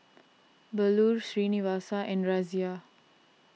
Bellur Srinivasa and Razia